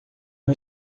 uma